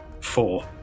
Four